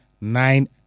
nine